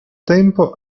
tempo